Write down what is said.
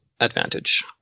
advantage